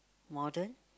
modern